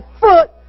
foot